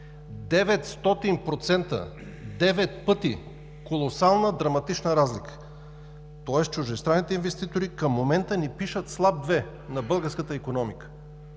900%, девет пъти, колосална, драматична разлика, тоест чуждестранните инвеститори към момента ни пишат „Слаб 2“ на българската икономика.